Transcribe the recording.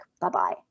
bye-bye